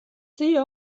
sie